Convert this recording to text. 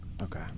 Okay